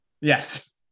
yes